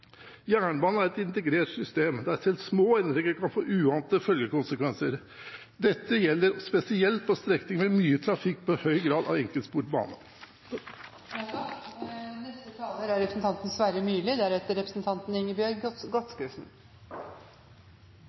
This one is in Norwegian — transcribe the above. Jernbanen er et integrert system der selv små endringer kan få uante følgekonsekvenser. Dette gjelder spesielt på strekninger med mye trafikk på høy grad av enkeltsporet bane.